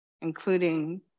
including